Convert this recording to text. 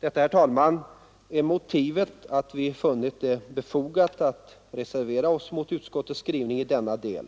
Detta, herr talman, är motivet till att vi funnit det befogat att reservera oss mot utskottets skrivning i denna del.